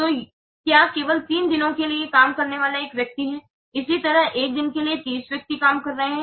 तो क्या केवल 3 दिनों के लिए काम करने वाला एक व्यक्ति है उसी तरह 1 दिन के लिए 30 व्यक्ति काम कर रहे हैं